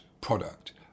product